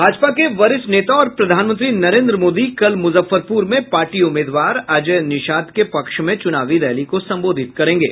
भाजपा के वरिष्ठ नेता और प्रधानमंत्री नरेन्द्र मोदी कल मुजफ्फरपुर में पार्टी उम्मीदवार अजय निषाद के पक्ष में चुनावी रैली को संबोधित करेंगे